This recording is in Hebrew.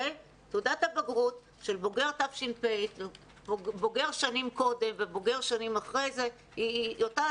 תעודת הבגרות של בוגר תש"ף והבוגרים בשנים שקדמו לו היא אותה